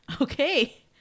Okay